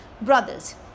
brothers